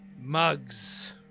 Mugs